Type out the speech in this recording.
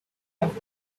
five